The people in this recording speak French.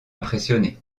impressionné